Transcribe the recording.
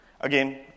Again